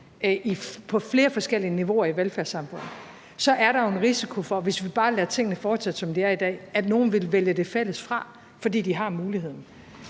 på flere forskellige niveauer i velfærdssamfundet, så er der en risiko for, hvis vi bare lader tingene fortsætte, som de er i dag, at nogle vil vælge det fælles fra, fordi de har muligheden.